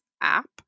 app